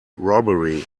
robbery